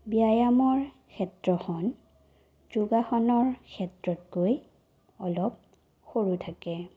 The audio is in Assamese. ব্যায়ামৰ ক্ষেত্ৰখন যোগাসনৰ ক্ষেত্ৰতকৈ অলপ সৰু থাকে